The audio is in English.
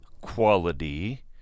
quality